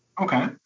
Okay